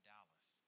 Dallas